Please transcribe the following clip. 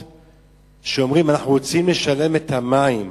שאומרים: אנחנו רוצים לשלם את המים,